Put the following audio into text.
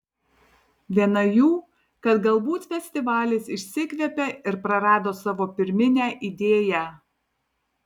viena jų kad galbūt festivalis išsikvėpė ir prarado savo pirminę idėją